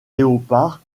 léopard